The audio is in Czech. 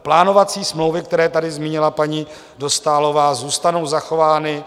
Plánovací smlouvy, které tady zmínila paní Dostálová, zůstanou zachovány.